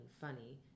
funny